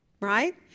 right